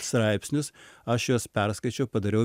straipsnius aš juos perskaičiau padariau